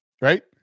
Right